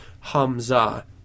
Hamza